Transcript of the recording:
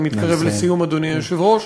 אני מתקרב לסיום, אדוני היושב-ראש.